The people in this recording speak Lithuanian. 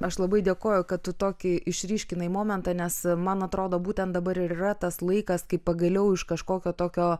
aš labai dėkoju kad tu tokį išryškinai momentą nes man atrodo būtent dabar ir yra tas laikas kai pagaliau iš kažkokio tokio